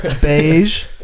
Beige